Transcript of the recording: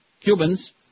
Cubans